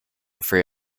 free